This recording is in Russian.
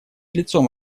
лицом